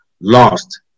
lost